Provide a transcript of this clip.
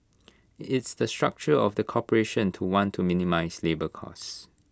it's the structure of the corporation to want to minimise labour costs